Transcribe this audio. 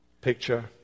picture